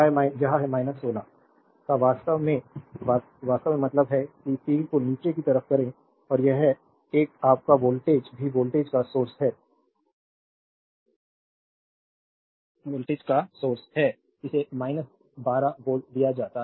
यह है 16 का मतलब है कि तीर को नीचे की तरफ करें और यह एक आपका वोल्टेज भी वोल्टेज का सोर्स है इसे 12 वोल्ट दिया जाता है